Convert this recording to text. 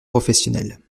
professionnels